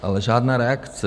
Ale žádná reakce.